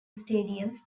stadiums